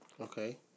Okay